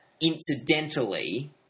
incidentally